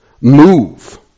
Move